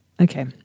Okay